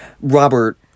Robert